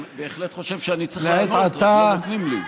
אני בהחלט חושב שאני צריך לענות, רק לא נותנים לי.